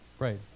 Right